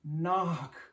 knock